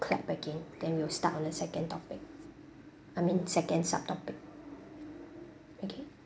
clap again then we'll start on the second topic I mean second sub topic okay